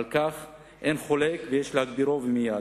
על כך אין חולק ויש להגבירו, ומייד.